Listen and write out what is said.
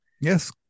Yes